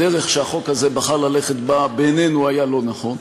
הדרך שהחוק הזה בחר ללכת בה בעינינו הייתה לא נכונה.